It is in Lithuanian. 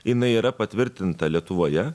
jinai yra patvirtinta lietuvoje